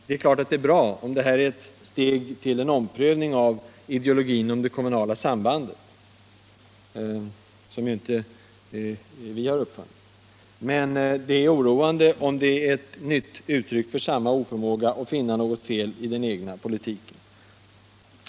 Det är bra om detta är ett steg mot en omprövning av ideologin om det kommunala sambandet, men det är oroande som ett nytt uttryck för samma oförmåga att finna något fel i den egna politiken.